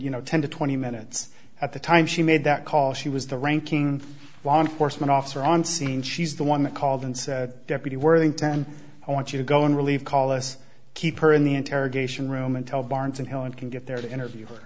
you know ten to twenty minutes at the time she made that call she was the ranking law enforcement officer on scene she's the one that called and said deputy worthington i want you to go and relieve colace keep her in the interrogation room until barnes and helen can get there to interview